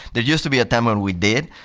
there used to be a time when we did.